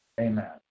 Amen